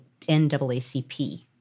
NAACP